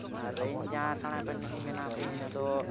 ᱟᱨ ᱤᱧ ᱡᱟᱦᱟᱸ ᱥᱮᱬᱟ ᱯᱮᱱᱴᱤᱝ ᱤᱧ ᱵᱮᱱᱟᱣ ᱠᱮᱫᱟ ᱤᱱᱟᱹ ᱫᱚ